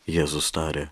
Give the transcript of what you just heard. jėzus tarė